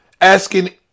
asking